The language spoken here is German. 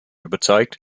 überzeugt